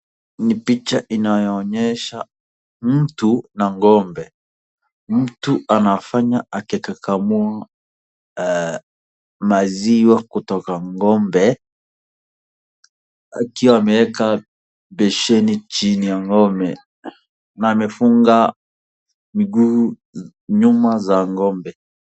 Mtu na ng'ombe. Mtu anakamua maziwa kutoka ng'ombe akiwa ameeka besheni chini ya ng'ombe na amefunga nyuma miguu za ng'ombe.